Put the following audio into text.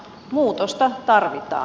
muutosta tarvitaan